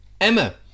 Emma